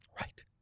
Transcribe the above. Right